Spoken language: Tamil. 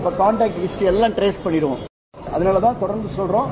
இப்ப காள்டாக்ட் ஹிஸ்ட்ரி எல்லாம் ட்ரேஸ் பண்ணிடுவோம் அகளாலதான் தொடர்ந்தட சொல்றோம்